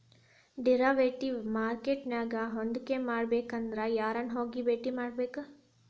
Derivative market ನ್ಯಾಗ್ ಹೂಡ್ಕಿಮಾಡ್ಬೆಕಂದ್ರ ಯಾರನ್ನ ಹೊಗಿ ಬೆಟ್ಟಿಯಾಗ್ಬೇಕ್?